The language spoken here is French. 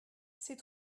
c’est